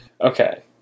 Okay